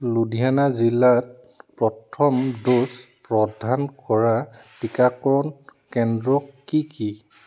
লুধিয়ানা জিলাত প্ৰথম ড'জ প্ৰদান কৰা টীকাকৰণ কেন্দ্ৰসমূহ কি কি